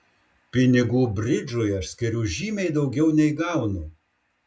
pinigų bridžui aš skiriu žymiai daugiau nei gaunu